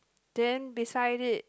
then beside it